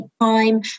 time